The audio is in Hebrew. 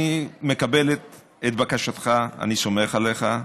אני מקבל את בקשתך, אני סומך עליך.